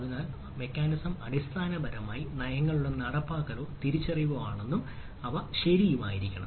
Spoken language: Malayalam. അതിനാൽ മെക്കാനിസം അടിസ്ഥാനപരമായി നയങ്ങളുടെ നടപ്പാക്കലോ തിരിച്ചറിവോ ആണെന്നും അവ ശരിയായിരിക്കണം